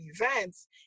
events